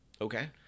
Okay